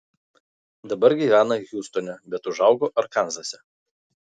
dabar gyvena hjustone bet užaugo arkanzase